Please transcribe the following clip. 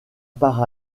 par